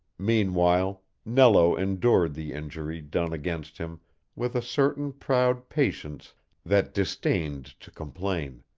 meanwhile, nello endured the injury done against him with a certain proud patience that disdained to complain